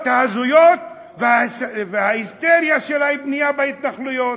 ההזויות וההיסטריה של הבנייה בהתנחלויות.